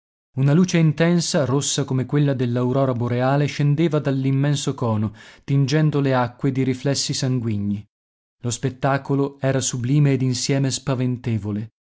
una luce intensa rossa come quella dell'aurora boreale scendeva dall'immenso cono tingendo le acque di riflessi sanguigni lo spettacolo era sublime ed insieme